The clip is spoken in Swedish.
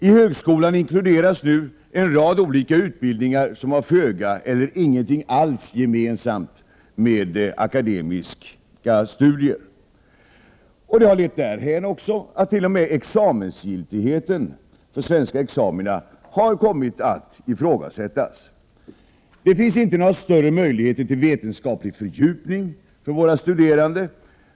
I högskolan inkluderas nu en rad olika utbildningar som har föga eller ingenting alls gemensamt med akademiska studier. Det har även lett därhän att t.o.m. examensgiltigheten för svenska examina har kommit att ifrågasättas. Det finns inte några större möjligheter till vetenskaplig fördjupning för våra studerande.